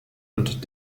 und